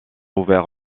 ouvert